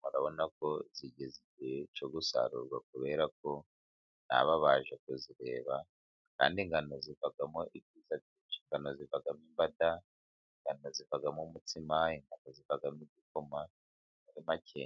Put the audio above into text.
Murabona ko zigeze igihe cyo gusarurwa kubera ko n'aba baje kuzireba kandi ingano zivamo ibyiza zivamo imbada, zivamo umutsima, ingano zivamo igikoma, muri make